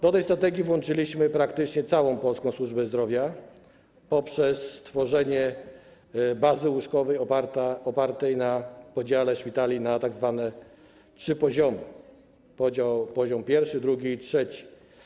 Do tej strategii włączyliśmy praktycznie całą polską służbę zdrowia poprzez stworzenie bazy łóżkowej opartej na podziale szpitali na tzw. trzy poziomy, poziom pierwszy, drugi i trzeci.